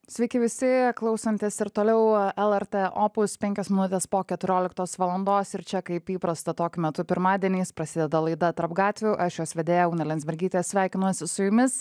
sveiki visi klausantis ir toliau lrt opus penkios minutės po keturioliktos valandos ir čia kaip įprasta tokiu metu pirmadieniais prasideda laida tarp gatvių aš jos vedėja ugnė lensbergytė sveikinuosi su jumis